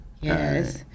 Yes